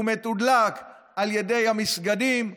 הוא מתודלק על ידי המסגדים,